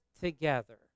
together